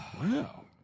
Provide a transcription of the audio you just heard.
Wow